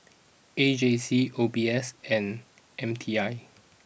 A J C O B S and M T I